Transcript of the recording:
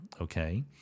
Okay